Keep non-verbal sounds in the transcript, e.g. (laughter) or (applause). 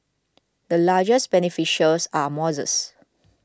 the largest beneficiaries are (unintelligible)